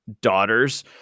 daughters